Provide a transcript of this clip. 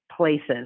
places